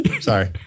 sorry